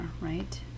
right